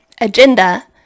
agenda